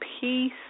peace